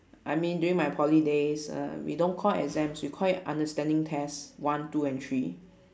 I mean during my poly days uh we don't call it exams we call it understanding test one two and three